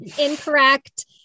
Incorrect